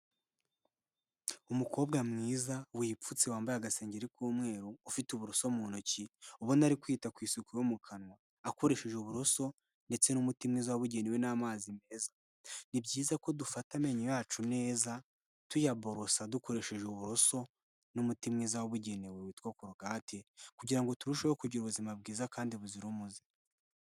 Umukobwa mwiza wipfutse, wambaye agasengeri k'umweru, ufite uburoso mu ntoki ubona ari kwita ku isuku yo mu kanwa akoresheje uburoso ndetse n'umuti mwiza wabugenewe n'amazi meza. Ni byiza ko dufata amenyo yacu neza, tuyaborosa dukoresheje uburoso n'umuti mwiza wabugenewe witwa korogate kugira ngo turusheho kugira ubuzima bwiza kandi buzira umuze.